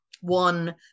one